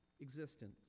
existence